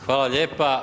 Hvala lijepo.